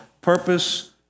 Purpose